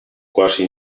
quasi